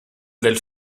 del